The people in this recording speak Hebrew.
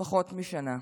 פחות משנה,